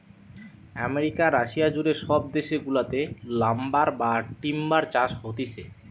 America, Russia জুড়ে সব দেশ গুলাতে লাম্বার বা টিম্বার চাষ হতিছে